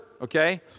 Okay